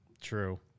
True